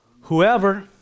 whoever